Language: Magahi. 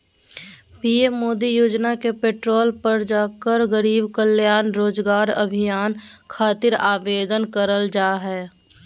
पीएम मोदी योजना के पोर्टल पर जाकर गरीब कल्याण रोजगार अभियान खातिर आवेदन करल जा हय